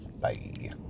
Bye